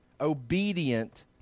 obedient